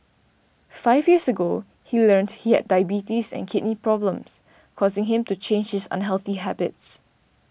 five years ago he learnt he had diabetes and kidney problems causing him to change his unhealthy habits